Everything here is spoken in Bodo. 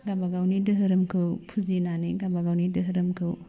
गावबागावनि दोहोरोमखौ फुजिनानै गावबागावनि दोहोरोमखौ